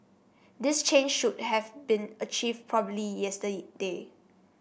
this change should have been achieved probably yesterday